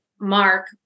mark